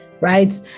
right